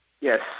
Yes